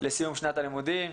לסיום שנת הלימודים.